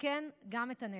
וגם את הנפש.